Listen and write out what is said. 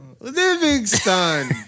Livingston